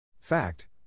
Fact